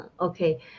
Okay